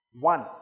One